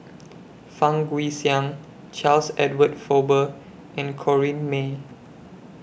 Fang Guixiang Charles Edward Faber and Corrinne May